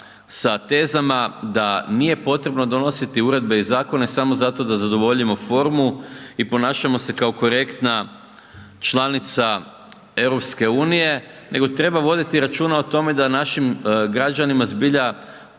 sa tezama da nije potrebno donositi uredbe i zakone samo zato da zadovoljimo formu i ponašamo se kao korektna članica EU, nego treba voditi računa o tome da našim građanima zbilja